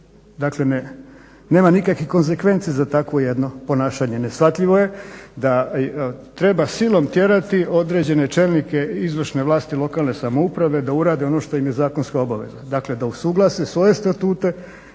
dakle ne, nema nikakvih konzekvenci za takvo jedno ponašanje. Neshvatljivo je da treba silom tjerati određene čelnike izvršne vlasti lokalne samouprave, da urade ono što im je zakonska obaveza, dakle da usuglase svoje statute